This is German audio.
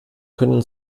können